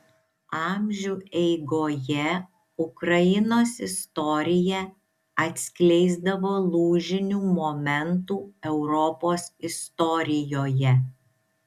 amžių eigoje ukrainos istorija atskleisdavo lūžinių momentų europos istorijoje